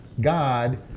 God